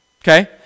Okay